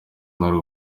nari